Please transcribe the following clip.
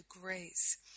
grace